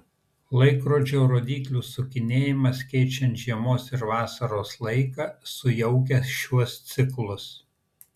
laikrodžio rodyklių sukinėjimas keičiant žiemos ir vasaros laiką sujaukia šiuos ciklus